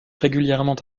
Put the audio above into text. régulièrement